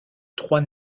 trois